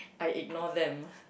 I ignore them